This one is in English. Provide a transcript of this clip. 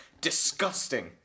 disgusting